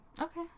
Okay